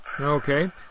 Okay